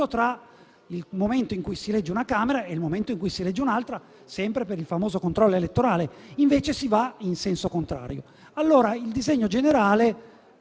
tra il momento in cui si elegge una Camera e quello in cui si elegge l'altra, sempre per il famoso controllo elettorale. Invece si va in senso contrario.